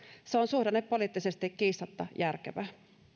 se on suhdannepoliittisesti kiistatta järkevää